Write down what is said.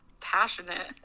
passionate